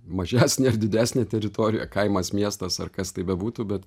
mažesnė ar didesnė teritorija kaimas miestas ar kas tai bebūtų bet